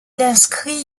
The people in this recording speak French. inscrit